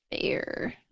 fair